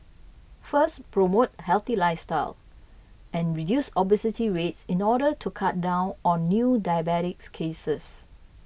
first promote a healthy lifestyle and reduce obesity rates in order to cut down on new diabetes cases